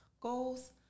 goals